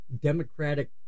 Democratic